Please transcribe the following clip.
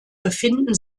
befinden